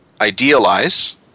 Idealize